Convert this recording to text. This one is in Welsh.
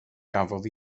gafodd